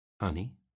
Honey